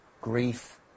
grief